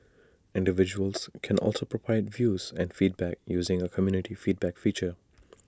individuals can also provide views and feedback using A community feedback feature